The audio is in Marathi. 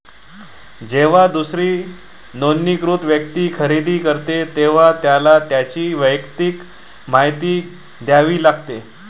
जेव्हा दुसरी नोंदणीकृत व्यक्ती खरेदी करते, तेव्हा त्याला त्याची वैयक्तिक माहिती द्यावी लागते